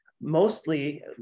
mostly